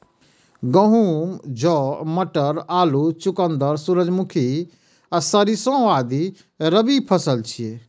गहूम, जौ, मटर, आलू, चुकंदर, सूरजमुखी, सरिसों आदि रबी फसिल छियै